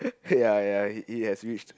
ppl ya ya he has reached